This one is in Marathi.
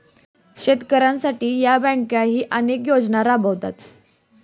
शेतकऱ्यांसाठी या बँकाही अनेक योजना राबवतात